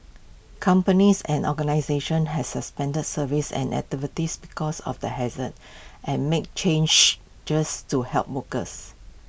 companies and organisations have suspended services and activities because of the haze an and made changes just to help workers